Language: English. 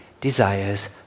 desires